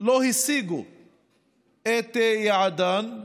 לא השיגו את יעדן,